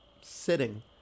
sitting